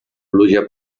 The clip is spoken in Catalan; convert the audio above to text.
pluja